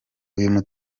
uyu